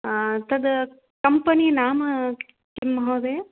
तद् कम्पनि नाम किं महोदय